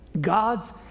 God's